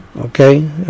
Okay